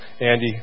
Andy